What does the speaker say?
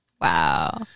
wow